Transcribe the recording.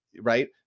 right